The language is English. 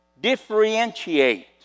differentiate